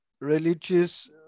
religious